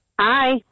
Hi